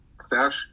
Stash